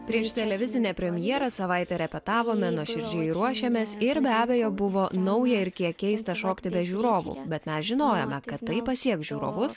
prieš televizinę premjerą savaitę repetavome nuoširdžiai ruošėmės ir be abejo buvo nauja ir kiek keista šokti be žiūrovų bet mes žinojome kad tai pasieks žiūrovus